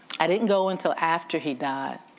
i didn't go until after he died.